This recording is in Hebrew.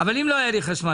אם לא היה לי חשמל,